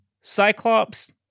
Cyclops